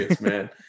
man